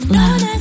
love